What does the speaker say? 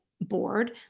board